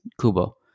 Kubo